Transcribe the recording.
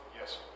Yes